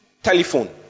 Telephone